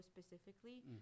specifically